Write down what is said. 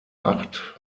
acht